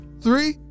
three